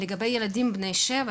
לגבי הילדים בני השבע,